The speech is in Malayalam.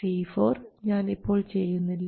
C4 ഞാൻ ഇപ്പോൾ ചെയ്യുന്നില്ല